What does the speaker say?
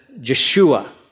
Joshua